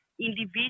Individual